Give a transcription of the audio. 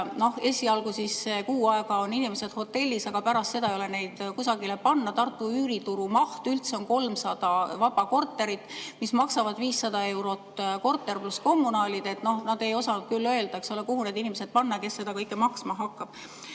esialgu siis kuu aega on inimesed hotellis, aga pärast seda ei ole neid kusagile panna. Tartu üürituru maht üldse on 300 vaba korterit, mis maksavad 500 eurot korter pluss kommunaalid. Nad ei osanud küll öelda, kuhu need inimesed panna ja kes seda kõike maksma hakkab.